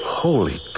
Holy